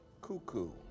cuckoo